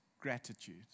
gratitude